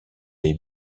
les